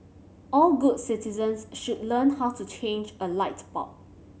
all good citizens should learn how to change a light bulb